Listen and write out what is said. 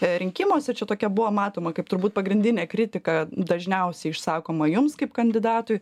rinkimuose čia tokia buvo matoma kaip turbūt pagrindinė kritika dažniausiai išsakoma jums kaip kandidatui